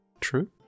True